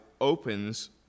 opens